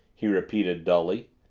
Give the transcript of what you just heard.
he repeated dully.